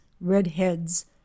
redheads